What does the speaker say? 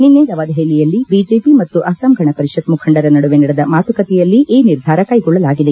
ನಿನ್ನೆ ನವದೆಹಲಿಯಲ್ಲಿ ಬಿಜೆಪಿ ಮತ್ತು ಅಸ್ಲಾಂ ಗಣ ಪರಿಷತ್ ಮುಖಂಡರ ನಡುವೆ ನಡೆದ ಮಾತುಕತೆಯಲ್ಲಿ ಈ ನಿರ್ಧಾರ ಕೈಗೊಳ್ಳಲಾಗಿದೆ